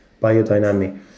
biodynamic